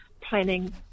planning